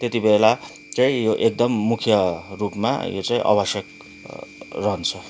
त्यतिबेला चाहिँ यो एकदम मुख्य रूपमा यो चाहिँ आवश्यक रहन्छ